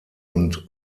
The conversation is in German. und